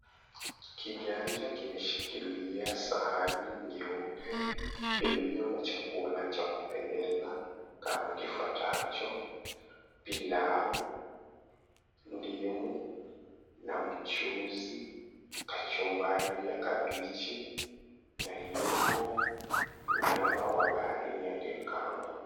Kiganja kimeshikilia sahani nyeupe iliyo na chakula cha kupendeza kama kifuatacho, pilau, ndimu na mchuuzi, kachumbari ya kabichi, na yupo nyama wa baharini aliyekaangwa.